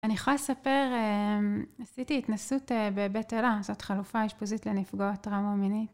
אני יכולה לספר, עשיתי התנסות בבית אלה, זאת חלופה אשפוזית לנפגעות טראומה מינית.